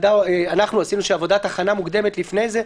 ואנחנו עשינו איזושהי עבודת הכנה מוקדמת לפני זה,